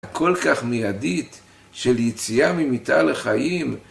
כל כך מיידית של יציאה ממיתה לחיים